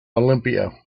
olympia